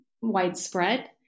widespread